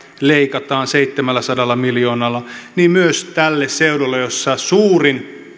leikataan seitsemälläsadalla miljoonalla niin myös tälle seudulle jossa on suurin